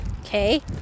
okay